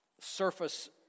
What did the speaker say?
surface